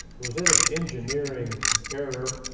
was it an engineering error